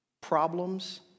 problems